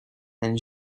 then